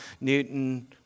Newton